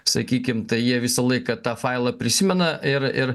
sakykim tai jie visą laiką tą failą prisimena ir ir